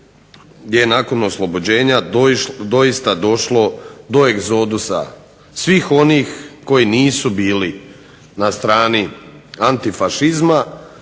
je nakon oslobođenja doista došlo do egzodusa svih onih koji nisu bili na strani antifašizma